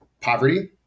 poverty